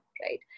right